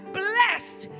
blessed